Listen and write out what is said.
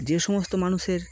যে সমস্ত মানুষের